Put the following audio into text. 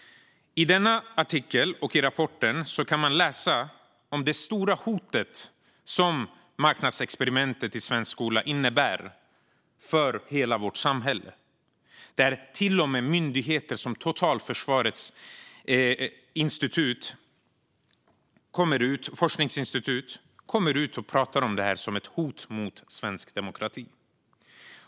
I denna artikel och i rapporten kan man läsa om det stora hot som marknadsexperimentet i svensk skola innebär för hela vårt samhälle. Till och med myndigheter som Totalförsvarets forskningsinstitut går ut och pratar om det här som ett hot mot svensk demokrati.